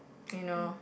you know